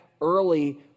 early